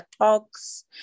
talks